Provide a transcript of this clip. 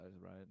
right